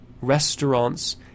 restaurants